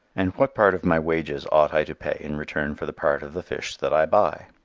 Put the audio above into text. and what part of my wages ought i to pay in return for the part of the fish that i buy?